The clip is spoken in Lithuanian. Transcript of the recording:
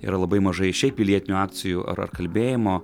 yra labai mažai šiaip pilietinių akcijų ar ar kalbėjimo